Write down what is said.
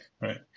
right